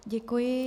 Děkuji.